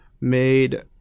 made